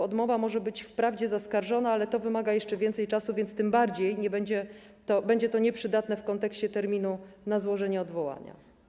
Odmowa może być wprawdzie zaskarżona, ale to wymaga jeszcze więcej czasu, więc tym bardziej będzie to nieprzydatne w kontekście terminu na złożenie odwołania.